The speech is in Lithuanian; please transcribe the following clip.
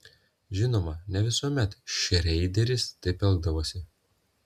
žinoma ne visuomet šreideris taip elgdavosi